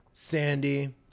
Sandy